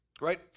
right